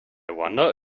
wonder